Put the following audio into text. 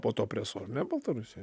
po tuo presu ar ne baltarusijoj